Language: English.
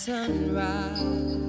sunrise